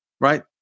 right